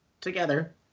together